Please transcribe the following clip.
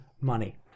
money